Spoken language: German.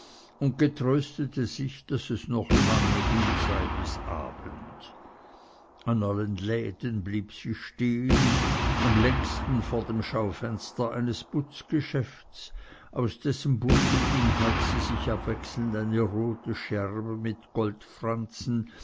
und getröstete sich daß es noch lange hin sei bis abend an allen läden blieb sie stehen am längsten vor dem schaufenster eines putzgeschäfts aus dessen buntem inhalt sie sich abwechselnd eine rote schärpe mit